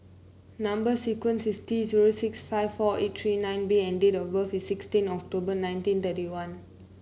number sequence is T zero six five four eight three nine B and date of birth is sixteen October nineteen thirty one